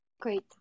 Great